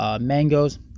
mangoes